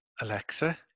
Alexa